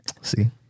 See